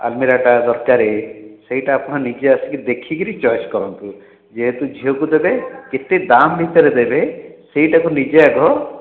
ଆଲମିରା ଟା ଦରକାରେ ସେଇଟା ଆପଣ ନିଜେ ଆସିକି ଦେଖିକିରି ଚଏସ କରନ୍ତୁ ଯେହେତୁ ଝିଅ କୁ ଦେବେ କେତେ ଦାମ୍ ଭିତରେ ଦେବେ ସେଇଟାକୁ ନିଜେ ଆଗ